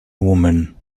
woman